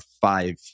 five